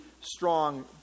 strong